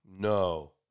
No